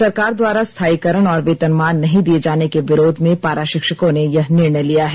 सरकार द्वारा स्थायीकरण और वेतनमान नहीं दिये जाने के विरोध में पारा शिक्षकों ने यह निर्णय लिया है